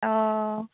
অঁ